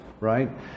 right